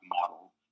model